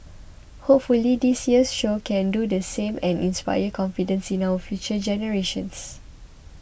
hopefully this year's show can do the same and inspire confidence in our future generations